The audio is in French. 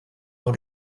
dans